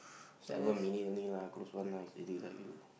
seven minute only lah close one eyes already lah you